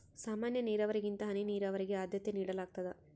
ಸಾಮಾನ್ಯ ನೇರಾವರಿಗಿಂತ ಹನಿ ನೇರಾವರಿಗೆ ಆದ್ಯತೆ ನೇಡಲಾಗ್ತದ